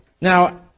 Now